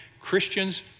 Christians